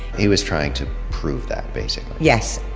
he was trying to prove that, basically. yes.